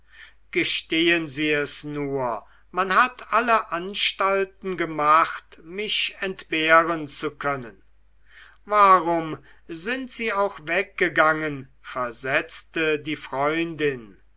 gestehen sie es nur man hat alle anstalten gemacht mich entbehren zu können warum sind sie auch weggegangen versetzte die freundin